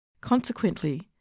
Consequently